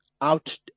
out